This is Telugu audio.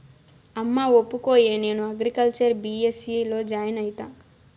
అమ్మా ఒప్పుకోయే, నేను అగ్రికల్చర్ బీ.ఎస్.సీ లో జాయిన్ అయితా